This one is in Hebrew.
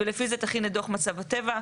ולפי זה היא תכין את דוח מצב הטבע.